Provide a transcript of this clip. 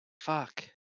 fuck